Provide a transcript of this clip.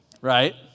Right